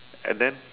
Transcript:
and then